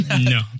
no